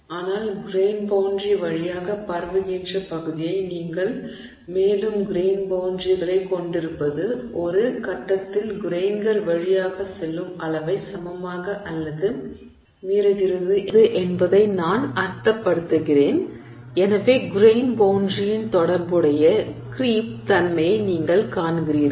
ஆனால் grain boundary வழியாக பரவுகின்ற பகுதியை நீங்கள் மேலும் மேலும் கிரெய்ன் பௌண்டரிகளைக் கொண்டிருக்கும்போது ஒரு கட்டத்தில் கிரெய்ன்கள் வழியாகச் செல்லும் அளவைச் சமமாக அல்லது மீறுகிறது என்பதை நான் அர்த்தப்படுத்துகிறேன் எனவே கிரெய்ன் பௌண்டரியுடன் தொடர்புடைய க்ரீப் தன்மையைக் நீங்கள் காண்கிறீர்கள்